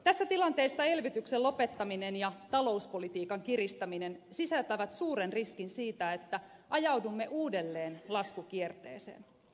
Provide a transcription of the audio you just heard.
tässä tilanteessa elvytyksen lopettaminen ja talouspolitiikan kiristäminen sisältävät suuren riskin siitä että ajaudumme uudelleen laskukierteeseen